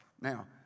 Now